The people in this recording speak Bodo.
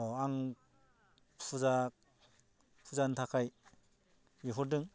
अह आं फुजा फुजानि थाखाय बिहरदों